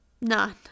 None